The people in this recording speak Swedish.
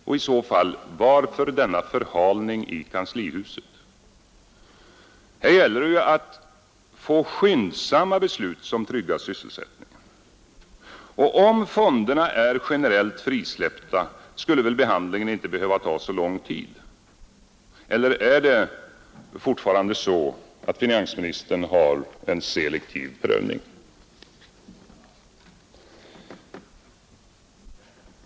I så fall: Varför denna förhalning i kanslihuset? Här gäller det ju att få skyndsamma beslut som tryggar sysselsättningen. Om fonderna är generellt frisläppta skulle väl behandlingen inte behöva ta så lång tid. Eller är det fortfarande så att finansministern har en selektiv prövning?